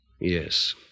Yes